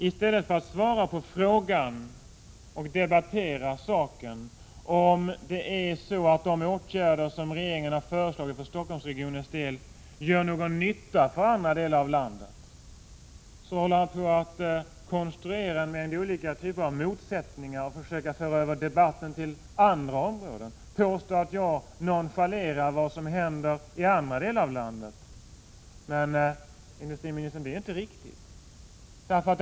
I stället för att i sak debattera frågan om de åtgärder som regeringen har föreslagit för Stockholmsregionens del gör någon nytta för andra delar av landet, konstruerar industriministern motsättningar och försöker föra över diskussionen till andra områden. Han påstår t.ex. att jag nonchalerar vad som händer i andra delar av landet. Det är inte riktigt, industriministern.